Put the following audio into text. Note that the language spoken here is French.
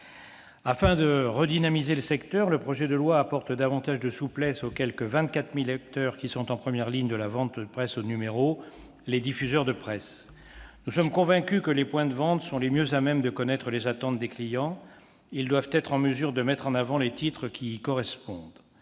Afin de redynamiser le secteur, il est prévu de donner davantage de souplesse aux quelque 24 000 acteurs qui sont en première ligne en matière de vente de presse au numéro : les diffuseurs de presse. Nous sommes convaincus que les points de vente sont les mieux à même de connaître les attentes de leurs clients. Ils doivent être en mesure de mettre en avant les titres qui y correspondent.